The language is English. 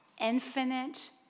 infinite